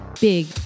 big